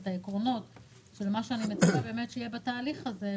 את העקרונות של מה שאני מציעה שיהיה בתהליך הזה,